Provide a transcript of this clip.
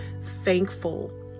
thankful